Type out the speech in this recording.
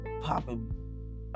popping